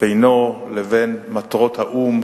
בינו לבין מטרות האו"ם,